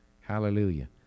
Hallelujah